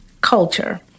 culture